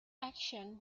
action